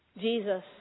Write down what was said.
Jesus